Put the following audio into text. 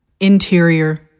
interior